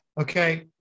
Okay